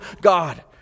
God